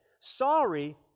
Sorry